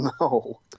no